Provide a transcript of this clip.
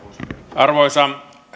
arvoisa